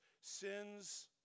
sin's